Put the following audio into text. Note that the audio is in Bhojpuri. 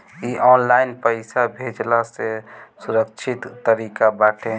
इ ऑनलाइन पईसा भेजला से सुरक्षित तरीका बाटे